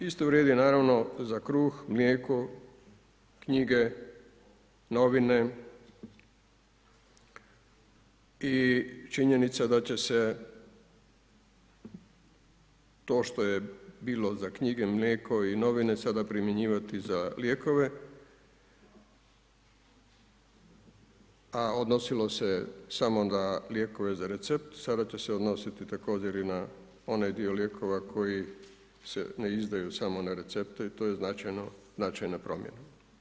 Isto vrijedi naravno za kruh, mlijeko, knjige, novine i činjenica da će se to što je bilo za knjige, mlijeko i novine sada primjenjivati za lijekove, a odnosilo se samo na lijekove za recept, sada će se odnositi i na onaj dio lijekova koji se ne izdaju samo na recepte i to je značajno, značajna promjena.